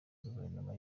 guverinoma